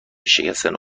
شکستن